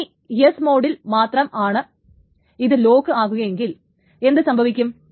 ഇനി ട മോഡിൽ മാത്രം ഇത് ലോക്ക് ആകുകയാണെങ്കിൽ എന്തു സംഭവിക്കും